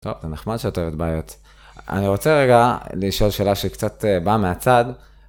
אני רוצה רגע לשאול שאלה שקצת באה מהצד.